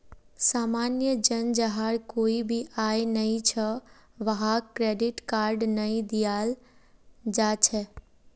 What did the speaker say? सामान्य जन जहार कोई भी आय नइ छ वहाक क्रेडिट कार्ड नइ दियाल जा छेक